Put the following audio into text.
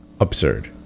Absurd